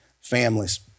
families